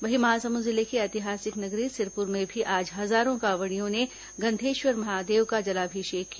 वहीं महासमुंद जिले की ऐतिहासिक नगरी सिरपुर में भी आज हजारों कांवड़ियों ने गंधेश्वर महादेव का जलाभिषेक किया